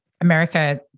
America